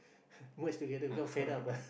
merge together become fed up ah